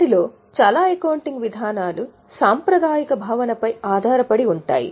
వాటిలో చాలా అకౌంటింగ్ విధానాలు సాంప్రదాయిక భావనపై ఆధారపడి ఉంటాయి